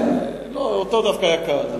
לא, אותו דווקא היה קל.